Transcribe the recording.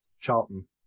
charlton